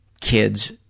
kids